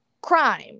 crime